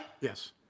yes